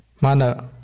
Mana